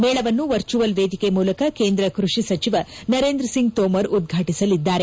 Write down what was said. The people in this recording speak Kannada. ಮೇಳವನ್ನು ವರ್ಚುವಲ್ ವೇದಿಕೆ ಮೂಲಕ ಕೇಂದ್ರ ಕೃಷಿ ಸಚಿವ ನರೇಂದ್ರ ಸಿಂಗ್ ತೋಮರ್ ಉದ್ವಾಟಿಸಲಿದ್ದಾರೆ